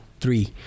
three